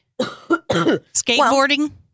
Skateboarding